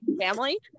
family